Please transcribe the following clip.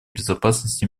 безопасности